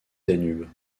danube